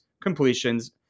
completions